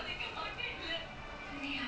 zahad got இருவத்தி எட்டா:iruvathi ettaa ah